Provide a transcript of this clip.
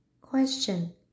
Question